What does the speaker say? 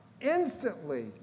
instantly